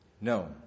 No